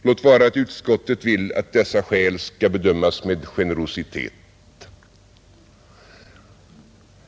Låt vara att utskottet vill att dessa skäl skall bedömas med generositet.